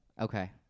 Okay